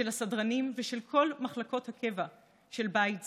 של הסדרנים ושל כל מחלקות הקבע של בית זה.